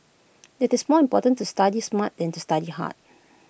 IT is more important to study smart than to study hard